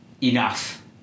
enough